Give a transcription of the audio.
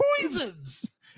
poisons